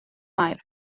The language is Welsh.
maer